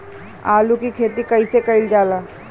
आलू की खेती कइसे कइल जाला?